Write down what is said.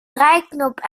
draaiknop